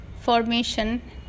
formation